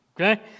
Okay